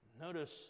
Notice